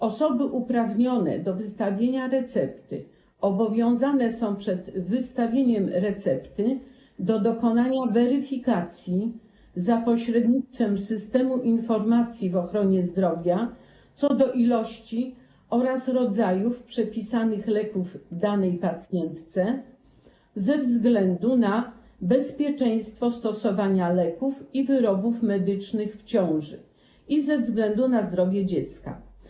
Osoby uprawnione do wystawienia recepty obowiązane są przed wystawieniem recepty do dokonania weryfikacji za pośrednictwem systemu informacji w ochronie zdrowia co do ilości oraz rodzajów przepisanych leków danej pacjentce ze względu na bezpieczeństwo stosowania leków i wyrobów medycznych w ciąży i ze względu na zdrowie dziecka.